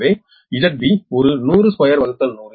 எனவே ZB ஒரு 1002100இது 100Ω